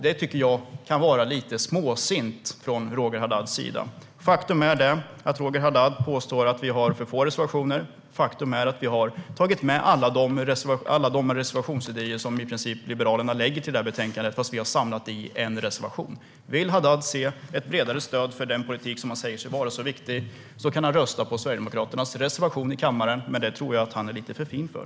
Det kan vara lite småsint från Roger Haddads sida. Faktum är att Roger Haddad påstår att Sverigedemokraterna har för få reservationer. Faktum är att vi har tagit med alla de reservationsidéer som Liberalerna har lagt fram i betänkandet, fast vi har samlat dem i en reservation. Vill Haddad se ett bredare stöd för den politik som han säger är så viktig kan ha rösta på Sverigedemokraternas reservation i kammaren - men det tror jag att han är lite för fin för.